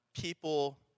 people